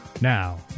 Now